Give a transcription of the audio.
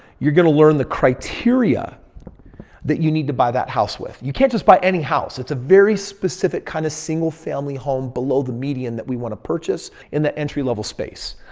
you're going to learn the criteria that you need to buy that house with. you can't just buy any house. it's a very specific kind of single-family home, below the median that we want to purchase in the entry level space.